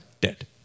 dead